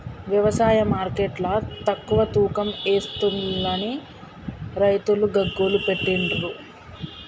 వ్యవసాయ మార్కెట్ల తక్కువ తూకం ఎస్తుంలని రైతులు గగ్గోలు పెట్టిన్లు